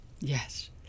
Yes